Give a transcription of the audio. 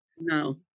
No